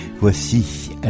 Voici